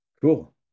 Cool